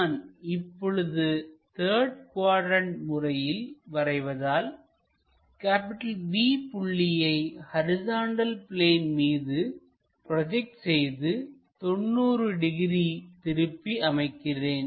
நான் இப்பொழுது third quadrant முறையில் வரைவதால்B புள்ளியை ஹரிசாண்டல் பிளேன் மீது ப்ரோஜெக்ட் செய்து 90 டிகிரி திருப்பி அமைக்கிறோம்